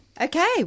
Okay